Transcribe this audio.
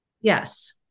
Yes